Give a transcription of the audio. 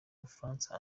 bufaransa